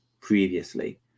previously